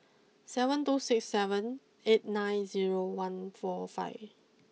seven two six seven eight nine zero one four five